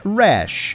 rash